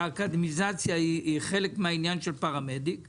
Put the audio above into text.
אבל אם יהיה פרמדיק ופרמדיק בכיר,